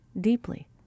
deeply